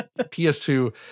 ps2